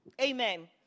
Amen